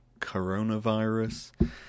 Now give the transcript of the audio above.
coronavirus